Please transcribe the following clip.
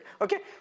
Okay